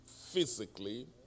physically